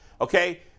okay